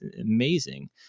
amazing